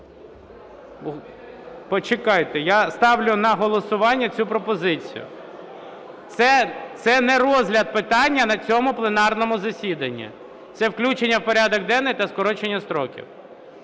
Почекайте, я ставлю на голосування цю пропозицію. Це не розгляд питання на цьому пленарному засіданні, це включення в порядок денний та скорочення строків.